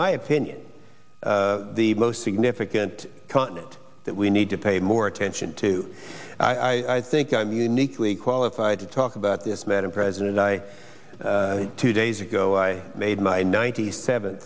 my opinion the most significant continent that we need to pay more attention to i think i'm uniquely qualified to talk about this madam president i two days ago i made my ninety seven